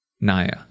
Naya